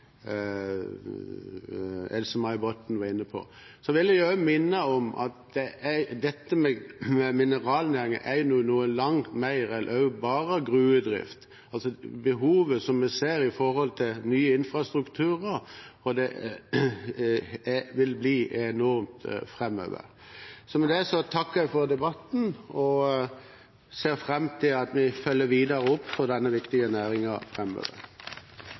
Else-May Botten var inne på. Jeg vil også minne om at mineralnæring er noe langt mer enn bare gruvedrift. Behovet som vi ser for ny infrastruktur, vil bli enormt framover. Med dette takker jeg for debatten, og ser fram til at vi følger opp denne viktige